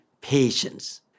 patience